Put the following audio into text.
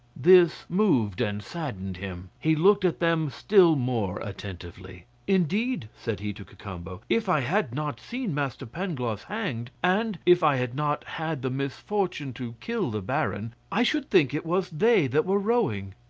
this moved and saddened him. he looked at them still more attentively. indeed, said he to cacambo, if i had not seen master pangloss hanged, and if i had not had the misfortune to kill the baron, i should think it was they that were rowing.